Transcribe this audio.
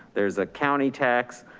there's a county tax,